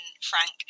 Frank